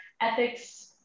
ethics